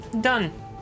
Done